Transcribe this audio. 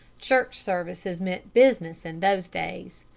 church services meant business in those days.